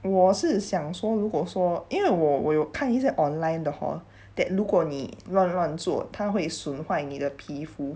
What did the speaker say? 我是想说如果说因为我我有看一下 online 的 hor that 如果你乱乱做他会损坏你的皮肤